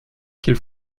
qu’il